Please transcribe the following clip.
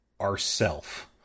ourself